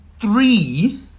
three